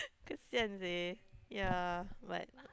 kesian seh ya but